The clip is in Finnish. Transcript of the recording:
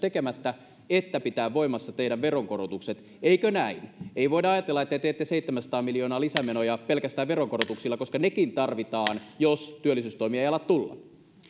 tekemättä että pitää voimassa teidän veronkorotuksenne eikö näin ei voida ajatella että te teette seitsemänsataa miljoonaa lisämenoja pelkästään veronkorotuksilla koska nekin tarvitaan jos työllisyystoimia ei ala tulla